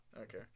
Okay